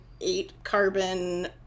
eight-carbon